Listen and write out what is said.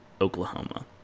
oklahoma